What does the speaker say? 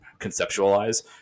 conceptualize